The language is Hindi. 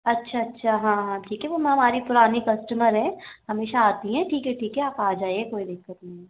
अच्छा अच्छा हाँ हाँ ठीक है मैम वह हमारी पुरानी कस्टमर हैं हमेशा आती हैं ठीक है ठीक है आप आ जाइए कोई दिक्कत नहीं है